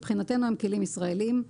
מבחינתנו הם כלים ישראלים.